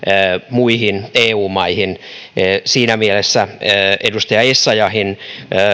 muihin eu maihin siinä mielessä edustaja essayahin